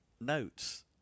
notes